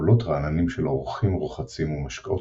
קולות רעננים של אורחים רוחצים ומשקאות